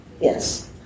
Yes